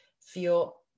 feel